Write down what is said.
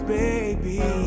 baby